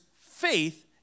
faith